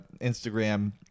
instagram